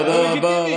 תודה רבה,